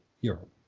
Europe